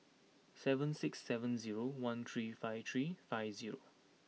seven six seven zero one three five three five zero